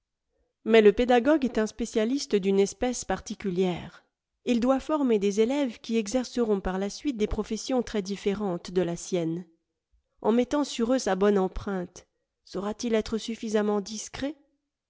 mais le pédagogue est un spécialiste d'une espèce particulière il doit former des élèves qui exerceront par la suite des professions tres differentes de la sienne en mettant sur eux sa bonne empreinte saura-t-il être suffisamment discret